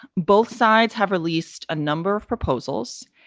both sides have released a number of proposals.